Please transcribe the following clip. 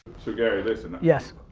so gary, listen. yes.